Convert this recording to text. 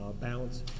balance